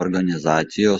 organizacijos